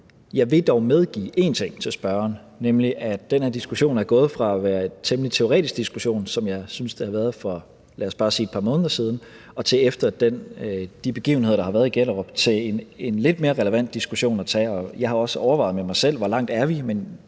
Jeg vil dog medgive spørgeren én ting, nemlig at den her diskussion er gået fra at være en temmelig teoretisk diskussion, som jeg synes den var for, lad os bare sige et par måneder siden, og til, efter de begivenheder, der har været i Gellerup, at være en lidt mere relevant diskussion at tage, og jeg har også overvejet med mig selv, hvor langt vi er, men